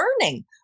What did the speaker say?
learning